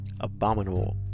abominable